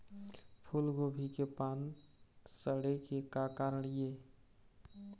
फूलगोभी के पान सड़े के का कारण ये?